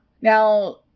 Now